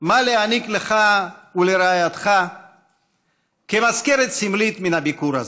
מה להעניק לך ולרעייתך כמזכרת סמלית מן הביקור הזה.